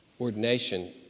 ordination